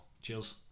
Cheers